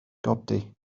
godi